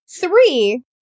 Three